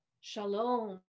shalom